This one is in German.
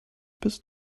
bist